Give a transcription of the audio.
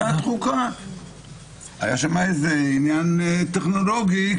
היה שם עניין טכנולוגי,